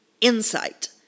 insight